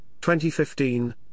2015